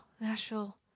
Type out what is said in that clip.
Nashville